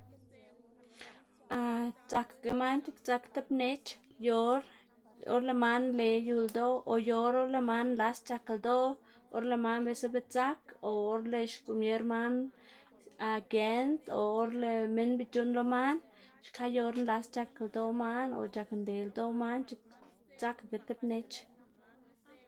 dzakaga man x̱iꞌk nak tib mnech yu or or lëꞌ man nle yu ldoꞌ o yu or or lëꞌ man nlas c̲h̲ak ldoꞌ, or lëꞌ man biꞌltsa bedzak, o or lëꞌ xkomier man a giend o or lëꞌ minn bec̲h̲uꞌnn lo man, xka yu or nlas c̲h̲ak ldoꞌ man o c̲h̲ak nle ldoꞌ man x̱iꞌk dzakaga tib mnech.